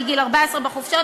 מגיל 14 בחופשות,